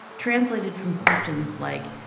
translated from questions like,